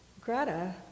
Greta